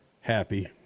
happy